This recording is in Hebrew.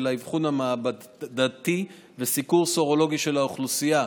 האבחון המעבדתי וסיקור סרולוגי של האוכלוסייה.